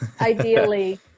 ideally